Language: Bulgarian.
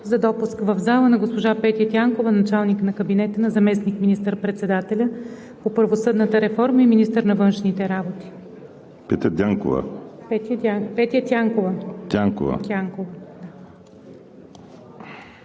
за допуск в залата на госпожа Петя Тянкова – началник на кабинета на заместник министър-председателя по правосъдната реформа и министър на външните работи. ПРЕДСЕДАТЕЛ